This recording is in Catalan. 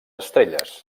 estrelles